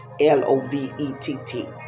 L-O-V-E-T-T